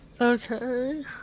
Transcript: Okay